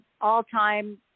all-time